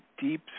deep